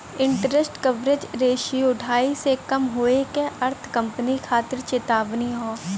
interest coverage ratio ढाई से कम होये क अर्थ कंपनी खातिर चेतावनी हौ